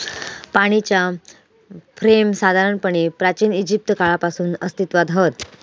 पाणीच्या फ्रेम साधारणपणे प्राचिन इजिप्त काळापासून अस्तित्त्वात हत